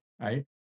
right